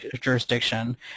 jurisdiction